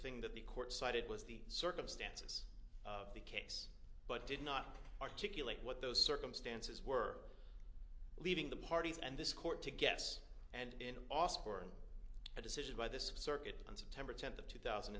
thing that the court cited was the circumstances of the case but did not articulate what those circumstances were leaving the parties and this court to guess and in austin a decision by the circuit on september tenth of two thousand